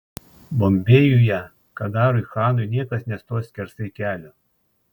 bombėjuje kadarui chanui niekas nestos skersai kelio